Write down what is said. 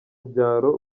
byaro